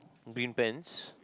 green pants